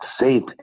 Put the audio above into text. safe